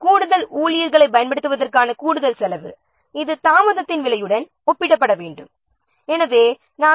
கூடுதல் பணியாளர்களைப் பணியமர்த்துவதற்கான கூடுதல் செலவை தாமதச் செலவோடு ஒப்பிட வேண்டும்